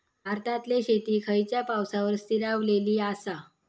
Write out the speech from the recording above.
भारतातले शेती खयच्या पावसावर स्थिरावलेली आसा?